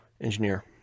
engineer